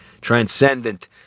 transcendent